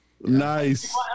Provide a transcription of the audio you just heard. Nice